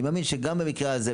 אני מאמין שגם במקרה הזה,